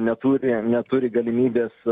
neturi neturi galimybės